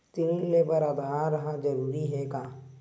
ऋण ले बर आधार ह जरूरी हे का?